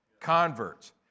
converts